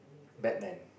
batman